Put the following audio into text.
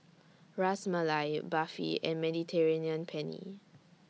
Ras Malai Barfi and Mediterranean Penne